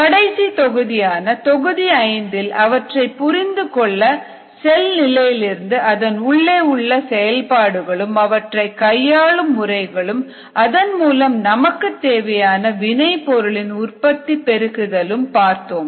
கடைசி தொகுதியான தொகுதி 5 இல் அவற்றை புரிந்து கொள்ள செல் நிலையிலிருந்து அதன் உள்ளே உள்ள செயல்பாடுகளும் அவற்றை கையாளும் முறைகளும் அதன் மூலம் நமக்கு தேவையான வினை பொருளின் உற்பத்தி பெருக்குதல்உம் பார்த்தோம்